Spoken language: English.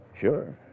Sure